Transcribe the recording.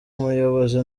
muyobozi